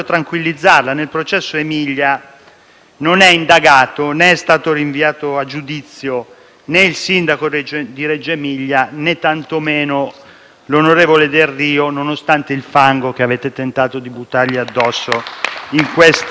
sono indagati e neppure rinviati a giudizio né il sindaco di Reggio Emilia, né - tantomeno - l'onorevole Delrio, nonostante il fango che avete tentato di buttargli addosso negli ultimi anni.